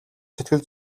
сэтгэл